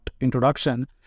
introduction